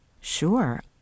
Sure